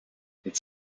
its